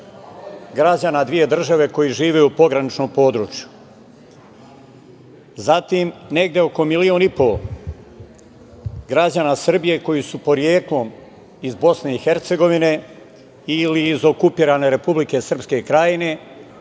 građana dve države koji žive u pograničnom području, zatim negde oko milion i po građana Srbije koji su poreklom iz BiH ili iz okupirane Republike Srpske Krajine,